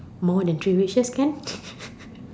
more than three wishes can